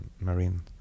marine